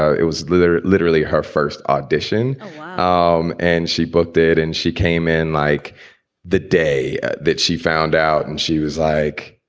it was literally, literally her first audition. um and she both did. and she came in like the day that she found out. and she was like